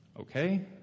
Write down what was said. Okay